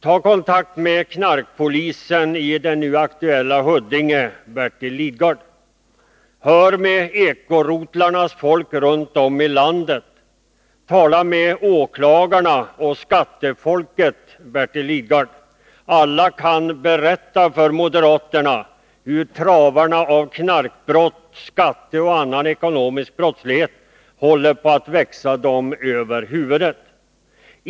Ta kontakt med knarkpolisen i det nu aktuella Huddinge, Bertil Lidgard! Hör med eko-rotlarnas folk runt om i landet! Tala med åklagarna och skattefolket, Bertil Lidgard! Alla kan berätta för moderaterna hur travarna när det gäller knarkbrott, skattebrott och annan ekonomisk brottslighet håller på att växa dem över huvudet.